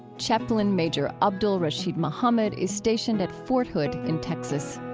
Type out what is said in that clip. chaplain major abdul-rasheed muhammad is stationed at fort hood in texas.